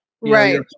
Right